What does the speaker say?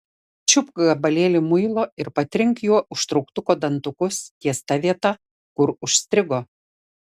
čiupk gabalėlį muilo ir patrink juo užtrauktuko dantukus ties ta vieta kur užstrigo